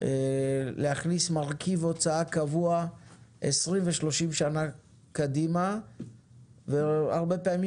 להכניס מרכיב הוצאה קבוע 20 ו-30 שנה קדימה והרבה פעמים